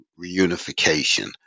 reunification